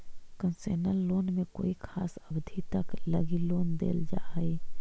concessional loan में कोई खास अवधि तक लगी लोन देल जा हइ